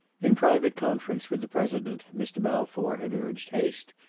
in private conference with the president mr. balfour had urged haste,